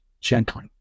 gently